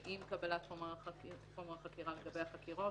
ועם קבלת חומר החקירה לגבי החקירות.